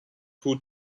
who